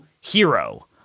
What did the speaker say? hero